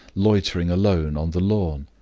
loitering alone on the lawn.